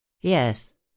Yes